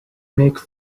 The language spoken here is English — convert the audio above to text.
make